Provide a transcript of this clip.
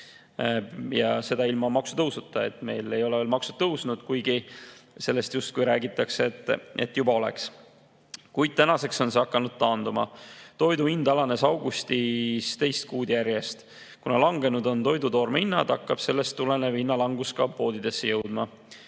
ja seda ilma maksutõusuta. Meil ei ole veel maksud tõusnud, kuigi räägitakse, et justkui juba oleks. Kuid tänaseks on [hinnatõus] hakanud taanduma. Toidu hind alanes augustis teist kuud järjest. Kuna langenud on toidutoorme hind, hakkab sellest tulenev hinnalangus poodidesse jõudma.